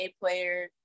player